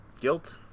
Guilt